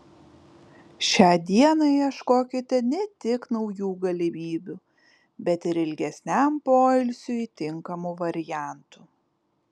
šią dieną ieškokite ne tik naujų galimybių bet ir ilgesniam poilsiui tinkamų variantų